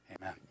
Amen